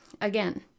Again